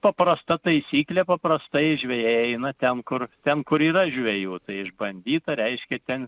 paprasta taisyklė paprastai žvejai eina ten kur ten kur yra žvejų tai išbandyta reiškia ten